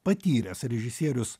patyręs režisierius